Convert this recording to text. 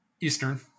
Eastern